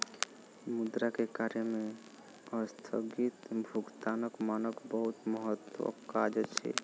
मुद्रा के कार्य में अस्थगित भुगतानक मानक बहुत महत्वक काज अछि